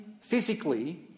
physically